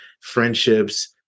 friendships